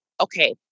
okay